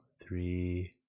three